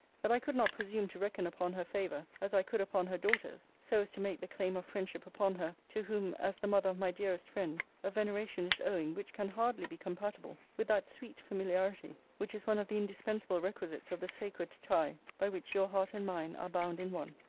that i could not presume to reckon upon her favour, as i could upon her daughter's, so as to make the claim of friendship upon her, to whom, as the mother of my dearest friend, a veneration is owing, which can hardly be compatible with that sweet familiarity which is one of the indispensable requisites of the sacred tie by which your heart and mine are bound in one.